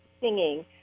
singing